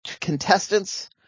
contestants